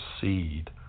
seed